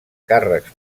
càrrecs